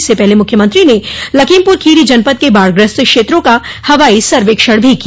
इससे पहले मुख्यमंत्री ने लखीमपुर खीरी जनपद के बाढ़ग्रस्त क्षेत्रों का हवाई सर्वेक्षण भी किया